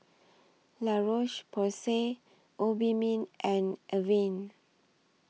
La Roche Porsay Obimin and Avene